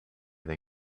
they